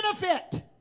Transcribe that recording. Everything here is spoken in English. benefit